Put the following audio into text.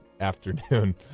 afternoon